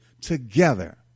together